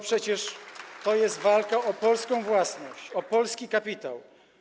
Przecież to jest walka o polską własność, o polski kapitał.